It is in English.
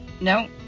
no